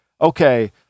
okay